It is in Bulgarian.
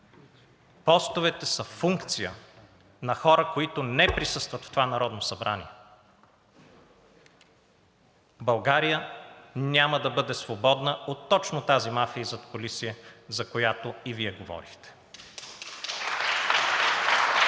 постовете са функция на хора, които не присъстват в това Народно събрание, България няма да бъде свободна от точно тази мафия и задкулисие, за която и Вие говорихте.